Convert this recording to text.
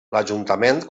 l’ajuntament